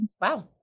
Wow